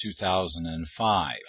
2005